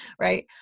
Right